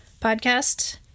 podcast